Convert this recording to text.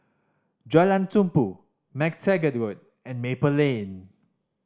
Jalan Tumpu MacTaggart Road and Maple Lane